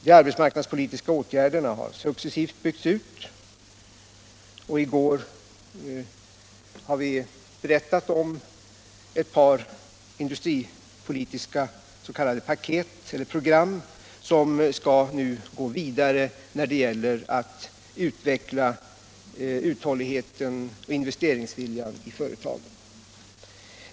De arbetsmarknadspolitiska åtgärderna har successivt byggts ut, och i går berättade vi om ett par industripolitiska program som nu skall gå vidare för att utveckla uthålligheten och investeringsviljan i företagen.